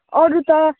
अरू त